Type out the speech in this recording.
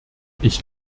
ich